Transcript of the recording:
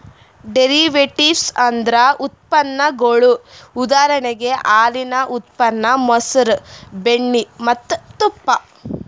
derivatives ಅಂದ್ರ ಉತ್ಪನ್ನಗೊಳ್ ಉದಾಹರಣೆಗ್ ಹಾಲಿನ್ ಉತ್ಪನ್ನ ಮಸರ್, ಬೆಣ್ಣಿ ಮತ್ತ್ ತುಪ್ಪ